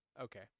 okay